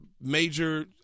major